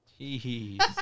Jeez